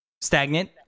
stagnant